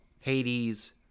Hades